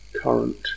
current